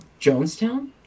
jonestown